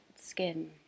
skin